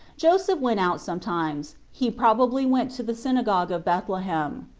joseph went out sometimes he probably went to the synagogue of bethlehem.